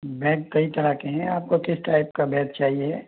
bag कई तरह के हैं आपको किस तरह का बैग चाहिए